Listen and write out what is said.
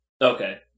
Okay